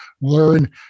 learn